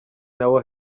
nawe